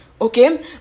okay